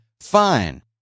Fine